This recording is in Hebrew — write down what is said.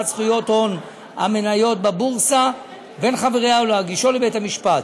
זכויות הון המניות בבורסה בין חבריה והגשתו לבית-המשפט.